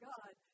God